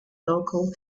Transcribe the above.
local